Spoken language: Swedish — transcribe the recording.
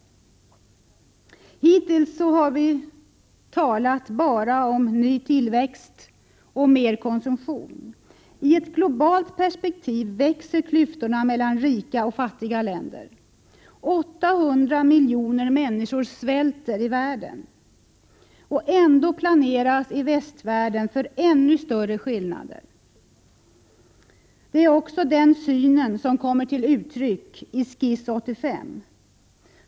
Hittills har vi talat bara om ny tillväxt och mer konsumtion. I ett globalt perspektiv växer klyftorna mellan rika och fattiga länder. 800 miljoner människor i världen svälter. Ändå planeras i västvärlden för ännu större skillnader. Det är också den synen som kommer till uttryck i Skiss 85.